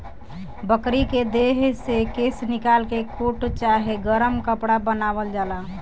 बकरी के देह से केश निकाल के कोट चाहे गरम कपड़ा बनावल जाला